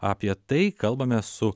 apie tai kalbame su